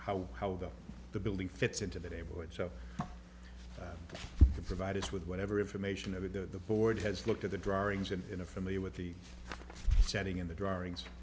how how the the building fits into the neighborhood so to provide us with whatever information over the board has looked at the drawings and in a familiar with the setting in the drawings